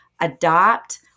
adopt